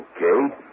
Okay